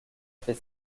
fait